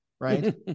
right